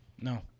No